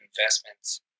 investments